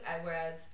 whereas